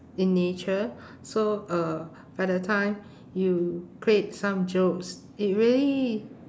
in nature so uh by the time you create some jokes it really